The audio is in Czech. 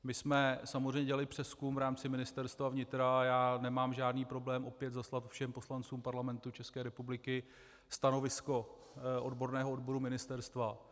My jsme samozřejmě dělali přezkum v rámci Ministerstva vnitra a já nemám žádný problém opět zaslat všem poslancům Parlamentu České republiky stanovisko odborného odboru ministerstva.